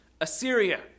Assyria